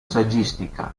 saggistica